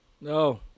no